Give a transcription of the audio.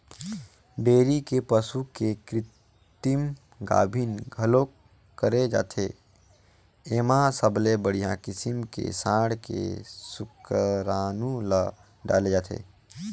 dairy के पसू के कृतिम गाभिन घलोक करे जाथे, एमा सबले बड़िहा किसम के सांड के सुकरानू ल डाले जाथे